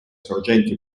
sorgenti